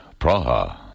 Praha